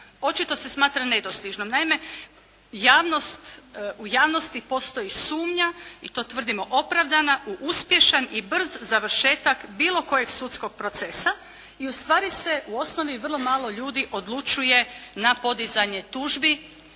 očito se smatra nedostižnom. Naime javnost, u javnosti postoji sumnja i to tvrdimo opravdana u uspješan i brz završetak bilo kojeg sudskog procesa i ustvari se u osnovi vrlo malo ljudi odlučuje na podizanje tužbi